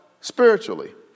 spiritually